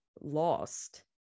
lost